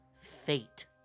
fate